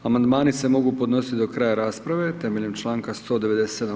Amandmani se mogu podnositi do kraja rasprave temeljem članka 197.